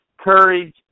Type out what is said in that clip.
courage